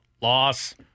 loss